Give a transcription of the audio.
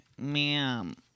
Ma'am